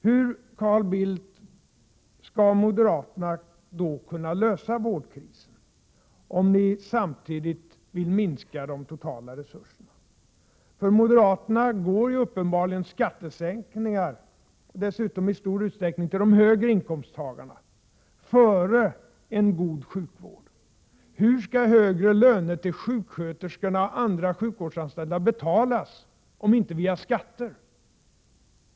Hur, Carl Bildt, skall moderaterna kunna lösa vårdkrisen om ni samtidigt vill minska de totala resurserna? För moderaterna går uppenbarligen skattesänkningar, dessutom i stor utsträckning till dem med högre inkomster, före en god sjukvård. Hur skall man kunna betala ut högre löner till sjuksköterskor och andra sjukvårdsanställda om inte via skatter?